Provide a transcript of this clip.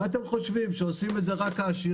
מה אתם חושבים, שעושים את זה רק העשירים?